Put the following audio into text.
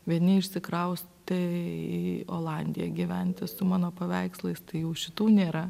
vieni išsikraustė į olandiją gyventi su mano paveikslais tai jau šitų nėra